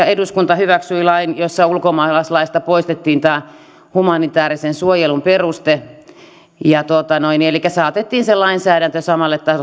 eduskunta hyväksyi lain jossa ulkomaalaislaista poistettiin tämä humanitäärisen suojelun peruste elikkä saatettiin se lainsäädäntö samalle